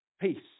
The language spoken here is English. peace